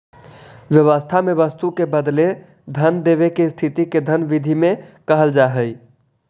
व्यवस्था में वस्तु के बदले धन देवे के स्थिति के धन विधि में कहल जा हई